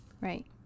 Right